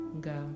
go